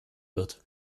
wird